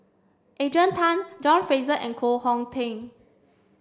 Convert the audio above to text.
Adrian Tan John Fraser and Koh Hong Teng